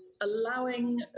allowing